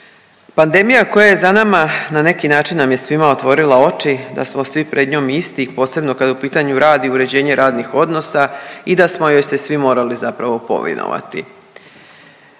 Pandemija koja je za nama, na neki način nam je svima otvorili oči, da smo svi pred njom isti, posebno kad je u pitanju rad i uređenje radnih odnosa i da smo joj se svi morali zapravo povinovati.